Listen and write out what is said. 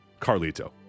Carlito